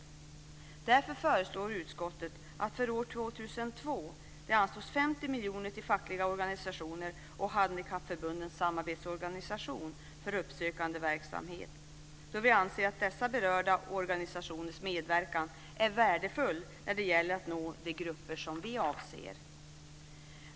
Utskottet föreslår att det för år 2002 ska anslås 50 miljoner till fackliga organisationer och till Handikappförbundens Samarbetsorgan för uppsökande verksamhet, då vi anser att dessa berörda organisationers medverkan är värdefull för att nå de grupper som vi avser.